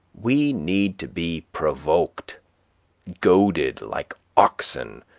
we need to be provoked goaded like oxen,